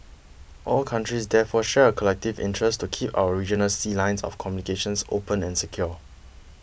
all countries therefore share a collective interest to keep our regional sea lines of communications sopen and secure